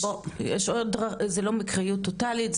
זה לא מקריות טוטאלית,